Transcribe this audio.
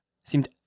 seemed